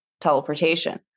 teleportation